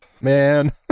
Man